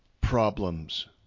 problems